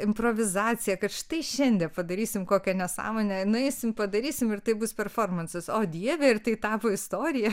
improvizacija kad štai šiandien padarysim kokią nesąmonę nueisim padarysim ir tai bus performansas o dieve ir tai tapo istorija